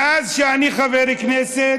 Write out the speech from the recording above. מאז שאני חבר כנסת